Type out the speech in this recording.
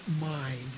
mind